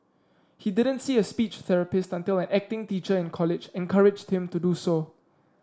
he didn't see a speech therapist until an acting teacher in college encouraged him to do so